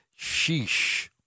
Sheesh